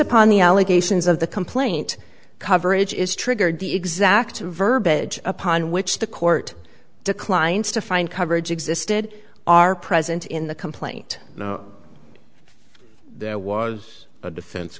upon the allegations of the complaint coverage is triggered the exact verbiage upon which the court declines to find coverage existed are present in the complaint there was a defense